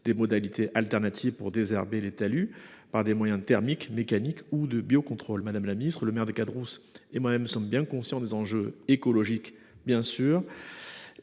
des modalités alternatives » pour désherber les talus par des moyens thermiques, mécaniques ou de biocontrôle. Madame la ministre, le maire de Caderousse et moi-même sommes bien conscients des enjeux écologiques et